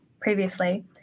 previously